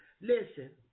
Listen